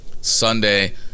Sunday